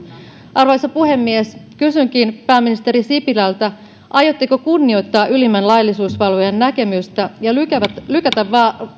arvoisa puhemies kysynkin pääministeri sipilältä aiotteko kunnioittaa ylimmän laillisuusvalvojan näkemystä ja lykätä lykätä